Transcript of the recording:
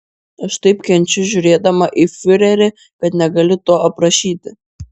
aš taip kenčiu žiūrėdama į fiurerį kad negaliu to aprašyti